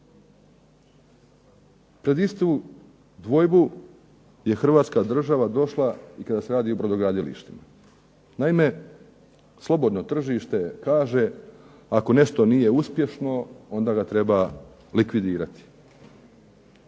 Pred istu dvojbu je Hrvatska država došla kada se radi o brodogradilištima. Naime, slobodno tržište kaže ako nešto nije uspješno onda ga treba likvidirati.